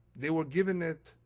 they were giving it,